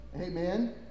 Amen